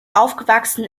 aufgewachsen